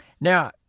now